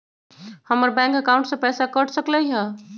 हमर bank account से पैसा कट सकलइ ह?